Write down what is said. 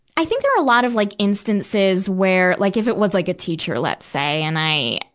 i think there are a lot of like, instances where, like if it was like a teacher, let's say, and i,